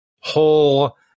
whole